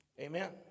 Amen